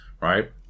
right